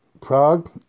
Prague